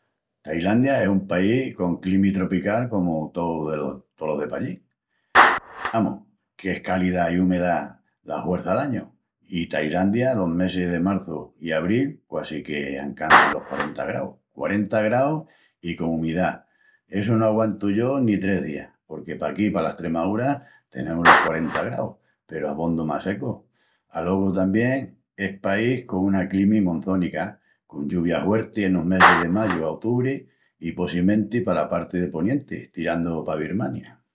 Tailandia es un país con climi tropical comu tous delos... tolos de pallí. Amus, qu'es cálida i úmeda la huerça'l añu. I Tailandia los mesis de marçu i abril quasi que ancançan los quarenta graus. Quarenta graus i con umidá, essu no aguantu yo ni tres días, porque paquí pala Estremaúra tenemus los quarenta graus peru abondu más secu. Alogu tamién es país con una climi monzónica, con lluvias huertis enos mesis de mayu a otubri, i possimenti pala parti de ponienti, tirandu pa Birmania.